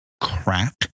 crack